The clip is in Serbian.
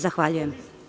Zahvaljujem.